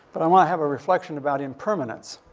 but i wanna have a reflection about impermanence.